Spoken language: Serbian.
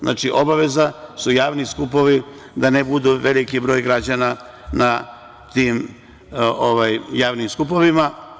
Znači obaveza su javni skupovi, da ne bude veliki broj građana na tim javnim skupovima.